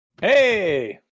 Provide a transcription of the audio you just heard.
Hey